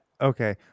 okay